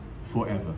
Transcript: forever